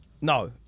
No